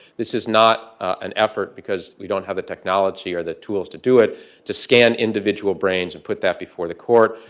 this is not an effort because we don't have the technology or the tools to do it to scan individual brains and put that before the court,